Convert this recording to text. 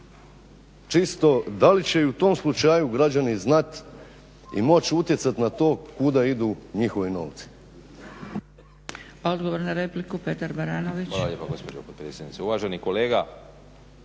Čisto, da li će i u tom slučaju građani znati i moći utjecati na to kuda idu njihovi novci?